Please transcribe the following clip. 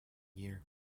year